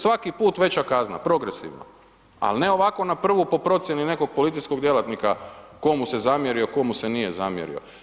Svaki put veća kazna progresivno ali ne ovako na prvu po procjeni nekog policijskog djelatnika ko mu se zamjerio, ko mu se nije zamjerio.